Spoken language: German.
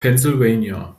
pennsylvania